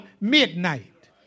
midnight